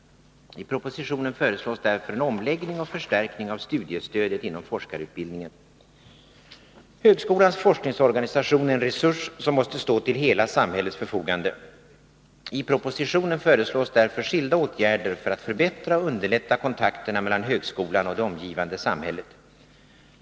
I propositionen föreslås därför en omläggning och förstärkning av studiestödet inom forskarutbildningen. Högskolans forskningsorganisation är en resurs som måste stå till hela samhällets förfogande. I propositionen föreslås därför skilda åtgärder för att förbättra och underlätta kontakterna mellan högskolan och det omgivande samhället.